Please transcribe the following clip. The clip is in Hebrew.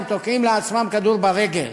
הם תוקעים לעצמם כדור ברגל,